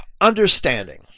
understanding